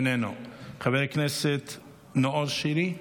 איננו, חבר הכנסת נאור שירי,